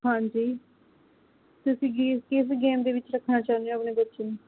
ਹਾਂਜੀ ਤੁਸੀਂ ਕਿ ਕਿਸ ਗੇਮ ਦੇ ਵਿੱਚ ਰੱਖਣਾ ਚਾਹੁੰਦੇ ਹੋ ਆਪਣੇ ਬੱਚੇ ਨੂੰ